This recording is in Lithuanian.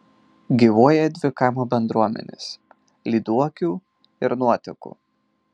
gyvuoja dvi kaimo bendruomenės lyduokių ir nuotekų